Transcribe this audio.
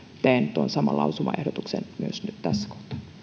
teen tuon saman lausumaehdotuksen myös nyt tässä